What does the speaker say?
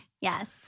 Yes